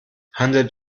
handelt